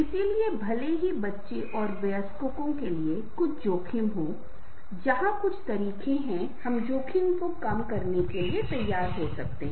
इसलिए भले ही बच्चों और वयस्कों के लिए कुछ जोखिम हों जहां कुछ तरीके हैं हम जोखिम को कम करने के तरीके तैयार कर सकते हैं